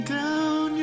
down